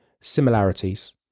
similarities